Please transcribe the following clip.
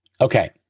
Okay